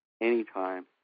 anytime